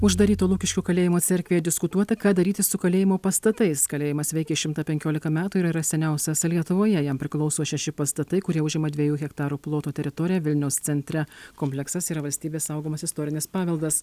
uždaryto lukiškių kalėjimo cerkvėje diskutuota ką daryti su kalėjimo pastatais kalėjimas veikė šimtą penkiolika metų ir yra seniausias lietuvoje jam priklauso šeši pastatai kurie užima dviejų hektarų ploto teritoriją vilniaus centre kompleksas yra valstybės saugomas istorinis paveldas